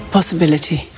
Possibility